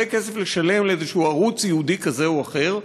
כסף לשלם לאיזה ערוץ ייעודי כזה או אחר,